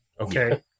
okay